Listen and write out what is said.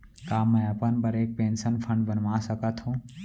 का मैं अपन बर एक पेंशन फण्ड बनवा सकत हो?